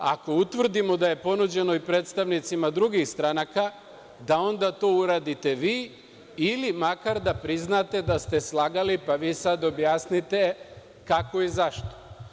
Ako utvrdimo da je ponuđeno i predstavnicima drugih stranaka, da onda to uradite i vi ili makar da priznate da ste slagali, pa vi sad objasnite kako i zašto.